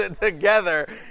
together